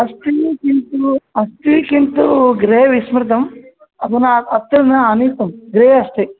अस्ति किन्तु अस्ति किन्तु गृहे विस्मृतम् अधुना अत्र न आनीतं गृहे अस्ति